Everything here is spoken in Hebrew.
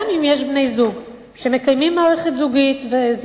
גם אם יש בני-זוג שמקיימים מערכת זוגית וזה